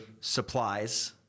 supplies